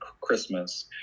christmas